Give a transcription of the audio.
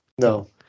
No